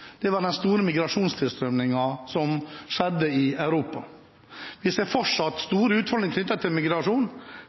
siden, var den store diskusjonen i denne salen – fra da av og utover høsten – den store migrasjonstilstrømningen som skjedde i Europa. Vi ser fortsatt store utfordringer knyttet til migrasjon,